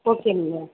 okay ma'am